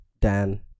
Dan